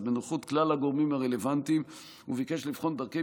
בנוכחות כלל הגורמים הרלוונטיים וביקש לבחון דרכי